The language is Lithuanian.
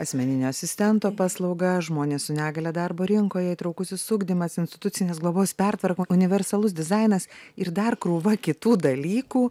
asmeninio asistento paslauga žmonės su negalia darbo rinkoje įtraukusis ugdymas institucinės globos pertvarka universalus dizainas ir dar krūva kitų dalykų